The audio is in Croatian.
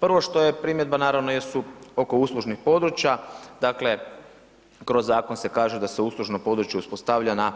Prvo što je primjedba naravno jesu oko uslužnih područja, dakle kroz zakon se kaže da se uslužno područje uspostavlja na